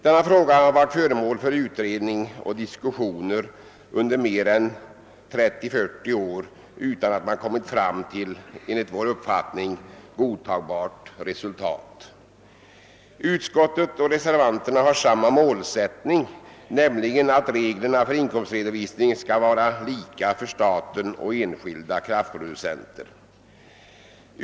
.Denna fråga har varit föremål för utredning och diskussioner under mer än 30—40 år utan att man kommit fram till enligt vår uppfattning godtagbart resultat. Utskottsmajoriteten har samma målsättning som reservanterna, nämligen att reglerna för inkomstredovisningen skall vara lika :för staten och för enskilda kraftprodueenter.